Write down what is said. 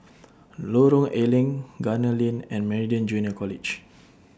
Lorong A Leng Gunner Lane and Meridian Junior College